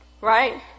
right